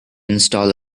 install